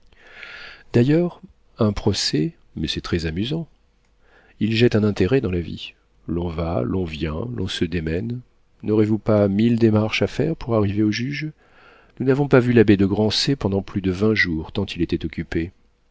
d'ailleurs un procès mais c'est très-amusant il jette un intérêt dans la vie l'on va l'on vient l'on se démène n'aurez-vous pas mille démarches à faire pour arriver aux juges nous n'avons pas vu l'abbé de grancey pendant plus de vingt jours tant il était occupé